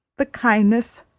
the kindness,